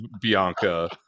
Bianca